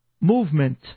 movement